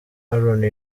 aaron